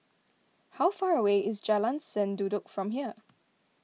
how far away is Jalan Sendudok from here